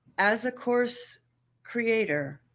as a course creator.